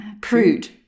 prude